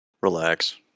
Relax